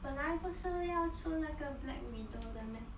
本来不是要出那个 black widow 的 meh